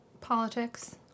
Politics